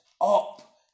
up